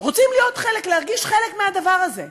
רוצים להיות חלק, להרגיש חלק מהדבר הזה.